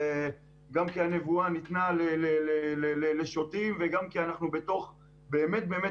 גם כי הנבואה ניתנה לשוטים וגם כי אנחנו בתוך באמת באמת